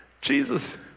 Jesus